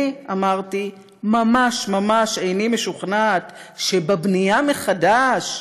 אני", אמרתי, "ממש ממש איני משוכנעת שבבנייה מחדש,